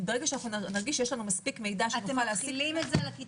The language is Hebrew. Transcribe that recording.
ברגע שנרגיש שיש לנו מספיק מידע שנוכל להסיק ממנו